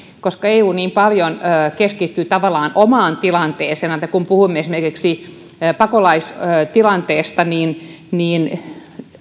koska eu niin paljon keskittyy tavallaan omaan tilanteeseensa kun puhumme esimerkiksi pakolaistilanteesta niin niin